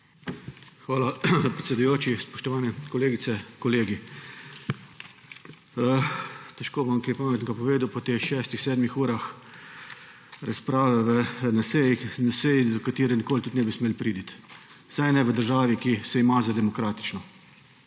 Hvala predsedujoči. Spoštovane kolegice, kolegi! Težko bom kaj dopovedal po teh šestih, sedmih urah razprave na seji, do katere nikoli tudi ne bi smelo priti. Vsaj ne v državi, ki se ima za demokratično.